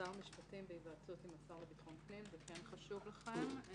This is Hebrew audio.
שר המשפטים בהיוועצות עם השר לביטחון פנים זה כן חשוב לכם.